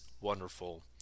wonderful